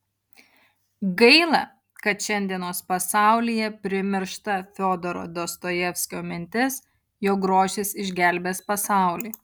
gaila kad šiandienos pasaulyje primiršta fiodoro dostojevskio mintis jog grožis išgelbės pasaulį